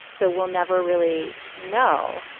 so we'll never really know.